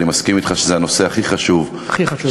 אני מסכים אתך שזה הנושא הכי חשוב, הכי חשוב.